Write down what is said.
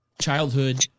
childhood